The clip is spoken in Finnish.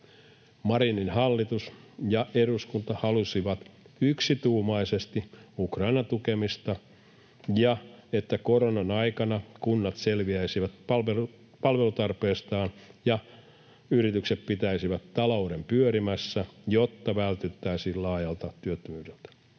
Marinin hallitus ja eduskunta halusivat yksituumaisesti Ukrainan tukemista ja sitä, että koronan aikana kunnat selviäisivät palvelutarpeestaan ja yritykset pitäisivät talouden pyörimässä, jotta vältyttäisiin laajalta työttömyydeltä.